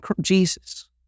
Jesus